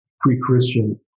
pre-Christian